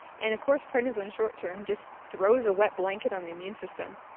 and of course, prednisone short-term just throws a wet blanket on the immune system,